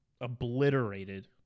obliterated